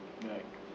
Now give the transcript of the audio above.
right